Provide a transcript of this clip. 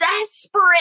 desperate